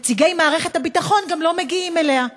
נציגי מערכת הביטחון גם לא מגיעים אליה.